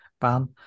ban